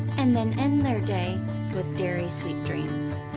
and then end their day with dairy sweet dreams.